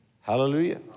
Hallelujah